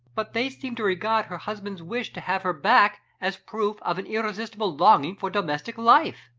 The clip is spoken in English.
but they seem to regard her husband's wish to have her back as proof of an irresistible longing for domestic life.